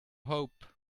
hope